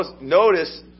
Notice